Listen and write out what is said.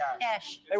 cash